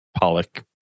pollock